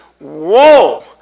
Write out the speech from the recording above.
Whoa